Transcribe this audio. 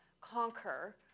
conquer